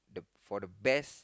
the for the best